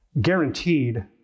guaranteed